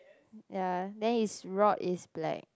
ya then his rod is black